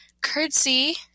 curtsy